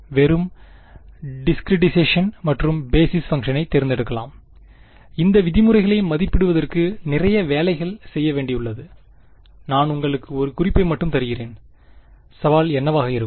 வெறும் டிசிகிரெட்டைசேஷன் மற்றும் பேசிஸ் பங்க்ஷனை தேர்ந்தெடுக்கலாம் இந்த விதிமுறைகளை மதிப்பிடுவதற்கு நிறைய வேலைகள் செய்ய வேண்டியுள்ளது நான் உங்களுக்கு 1 குறிப்பை மட்டும் தருகிறேன் சவால் என்னவாக இருக்கும்